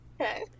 Okay